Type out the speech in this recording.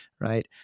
right